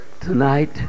Tonight